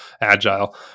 agile